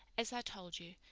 as i told you,